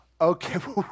Okay